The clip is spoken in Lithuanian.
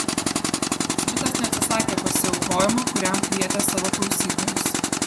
smitas neatsisakė pasiaukojimo kuriam kvietė savo klausytojus